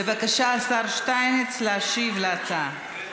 בבקשה, השר שטייניץ, להשיב להצעה.